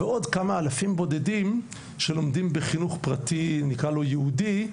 ועוד כמה אלפים בודדים שלומדים בחינוך פרטי יהודי,